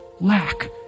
lack